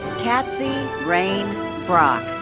katsie rane brock.